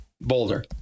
Boulder